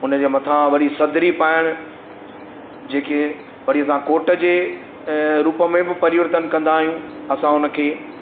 हुन जे मथा वरी सदरी पाइणु जेके वरी असां कोट जे रूप में बि परिवर्तन कंदा आहियूं असां हुन खे